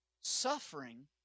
Suffering